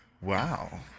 Wow